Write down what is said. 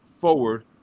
forward